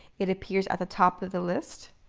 it appears at the top of the list.